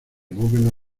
bóveda